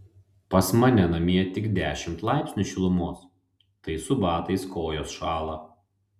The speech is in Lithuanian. pas mane namie tik dešimt laipsnių šilumos tai su batais kojos šąla